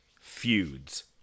feuds